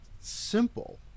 simple